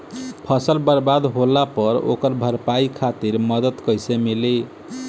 फसल बर्बाद होला पर ओकर भरपाई खातिर मदद कइसे मिली?